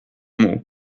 mot